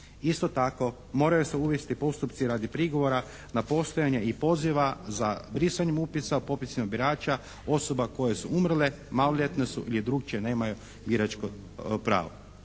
Isto tako moraju se uvesti postupci radi prigovora na postojanje i poziva za brisanjem upisa popisima birača osoba koje su umrle, maloljetne su ili drukčije nemaju biračko pravo.